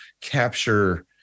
capture